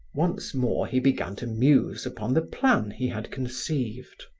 once more, he began to muse upon the plan he had conceived.